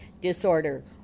disorder